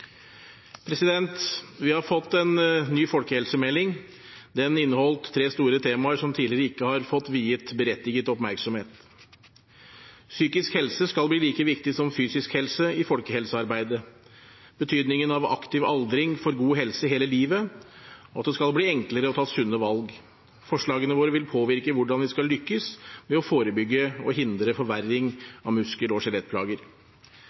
Vi har fått en ny folkehelsemelding. Den inneholdt tre store temaer som tidligere ikke har blitt viet berettiget oppmerksomhet. Psykisk helse skal bli like viktig som fysisk helse i folkehelsearbeidet – betydningen av aktiv aldring for god helse hele livet og at det skal bli enklere å ta sunne valg. Forslagene våre vil påvirke hvordan vi skal lykkes med å forebygge og hindre forverring av muskel- og skjelettplager.